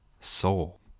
soul